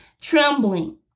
trembling